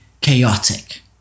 chaotic